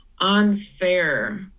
unfair